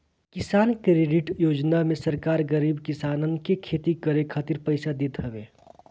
किसान क्रेडिट योजना में सरकार गरीब किसानन के खेती करे खातिर पईसा देत हवे